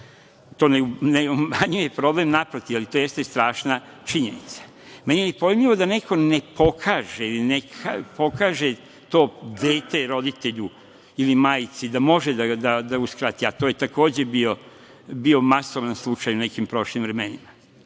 To ne umanjuje problem, naprotiv, ali to jeste strašna činjenica. Meni je nepojmljivo da neko ne pokaže ili pokaže to dete roditelju ili majci, da može da uskrati, a to je, takođe, bio masovan slučaj u nekim prošlim vremenima.